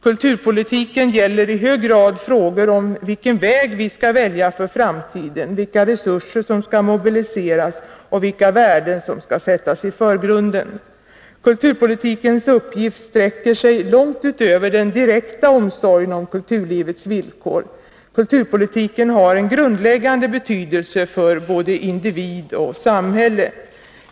Kulturpolitiken gäller i hög grad frågor om vilken väg vi skall välja för framtiden, vilka resurser som skall mobiliseras och vilka värden som skall sättas i förgrunden. Kulturpolitikens uppgift sträcker sig långt utöver den direkta omsorgen om kulturlivets villkor. Kulturpolitiken har en grundläggande betydelse för både individ och samhälle.